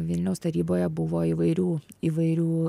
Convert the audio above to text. vilniaus taryboje buvo įvairių įvairių